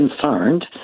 concerned